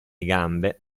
gambe